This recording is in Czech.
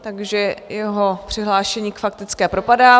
Takže jeho přihlášení k faktické propadá.